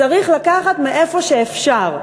שצריך לקחת מאיפה שאפשר,